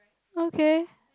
okay